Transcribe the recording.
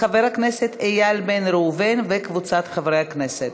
חבר הכנסת אלי אלאלוף מבקש להצטרף וחברת הכנסת